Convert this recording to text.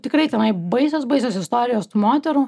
tikrai tenai baisios baisios istorijos tų moterų